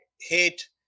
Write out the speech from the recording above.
hate